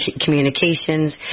communications